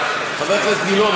חבר הכנסת גילאון,